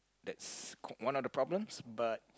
that's c~ one of the problems but